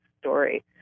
story